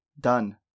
done